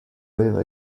aveva